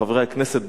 חברי הכנסת,